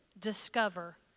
discover